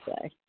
say